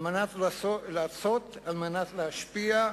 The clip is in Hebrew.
כדי לעשות, כדי להשפיע,